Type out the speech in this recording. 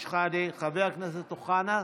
חבר הכנסת אבו שחאדה,